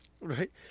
right